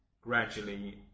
gradually